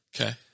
Okay